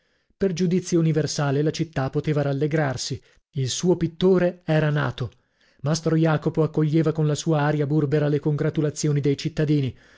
per giudizio universale la città poteva rallegrarsi il suo pittore era nato mastro jacopo accoglieva con la sua aria burbera le congratulazioni dei cittadini